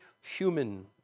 human